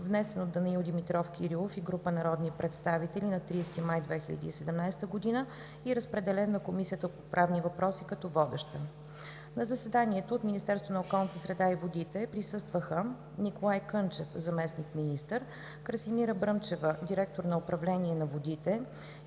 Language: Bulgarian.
внесен от Данаил Димитров Кирилов и група народни представители на 30 май 2017 г. и разпределен на Комисията по правни въпроси, като водеща. На заседанието от Министерството на околната среда и водите присъстваха: Николай Кънчев – заместник-министър, Красимира Бръмчева – директор на „Управление на водите“,